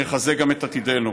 נחזק גם את עתידנו.